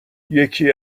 یکی